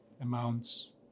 amounts